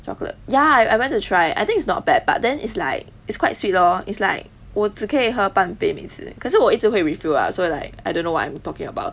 chocolate ya if I went to try I think it's not bad but then it's like it's quite sweet lor it's like 我只可以喝半杯每次可是我一直会 refill lah 所以 like I don't know what I'm talking about